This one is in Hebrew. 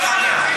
מי אחריה?